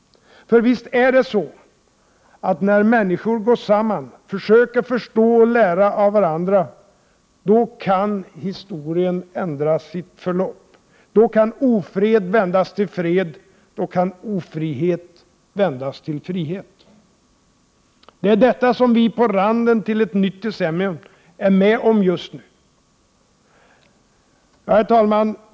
Visst är det så att när människor går samman, försöker förstå och lära av varandra kan historien ändra sitt förlopp. Då kan ofred ändras till fred och ofrihet till frihet. Det är detta som vi på randen till ett nytt decennium just nu är med om. Herr talman!